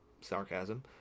Sarcasm